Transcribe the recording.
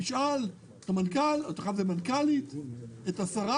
תשאל את המנכ"ל, ועכשיו זה מנכ"לית, את השרה